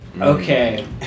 Okay